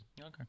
Okay